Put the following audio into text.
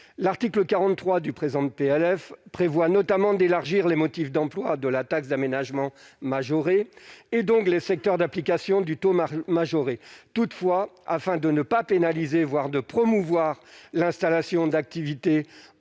l'article 43 du présent PLF prévoit notamment d'élargir les motifs d'employes de la taxe d'aménagement majorée et donc les secteurs d'application du taux toutefois afin de ne pas pénaliser, voire de promouvoir l'installation d'activités